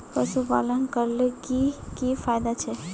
पशुपालन करले की की फायदा छे?